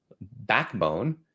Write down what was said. backbone